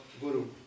guru